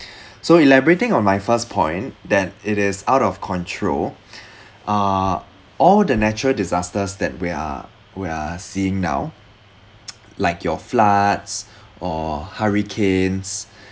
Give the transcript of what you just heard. so elaborating on my first point that it is out of control uh all the natural disasters that we are we are seeing now like your floods or hurricanes